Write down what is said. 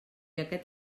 aquest